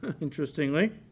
interestingly